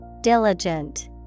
Diligent